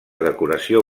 decoració